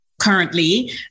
currently